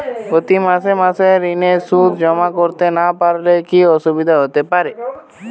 প্রতি মাসে মাসে ঋণের সুদ জমা করতে না পারলে কি অসুবিধা হতে পারে?